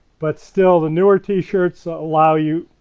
but still the newer t-shirts allow you,